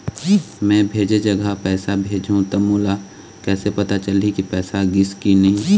मैं भेजे जगह पैसा भेजहूं त मोला कैसे पता चलही की पैसा गिस कि नहीं?